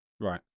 Right